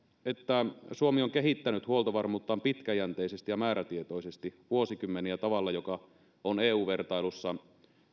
että suomi on kehittänyt huoltovarmuuttaan pitkäjänteisesti ja määrätietoisesti vuosikymmeniä tavalla joka on eu vertailussa